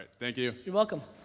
thank you. you're welcome.